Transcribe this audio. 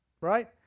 Right